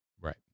right